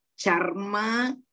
Charma